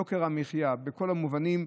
יוקר המחיה בכל המובנים,